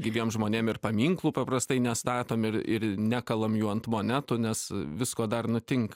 gyviem žmonėm ir paminklų paprastai nestatom ir ir nekalam jų ant monetų nes visko dar nutinka